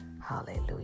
Hallelujah